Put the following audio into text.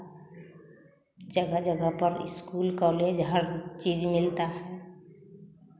जगह जगह पर स्कूल कॉलेज हर चीज़ मिलता है